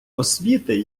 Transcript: освіти